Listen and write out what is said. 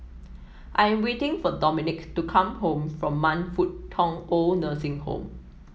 I am waiting for Dominick to come back from Man Fut Tong OId Nursing Home